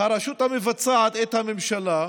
הרשות המבצעת, את הממשלה,